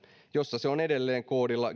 jossa se on edelleen koodilla